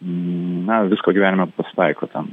na visko gyvenime pasitaiko ten